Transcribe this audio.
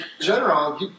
General